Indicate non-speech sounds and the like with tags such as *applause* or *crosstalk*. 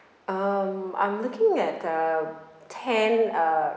*breath* um I'm looking at uh ten uh